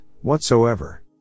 whatsoever